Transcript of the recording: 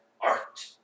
Art